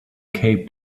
cape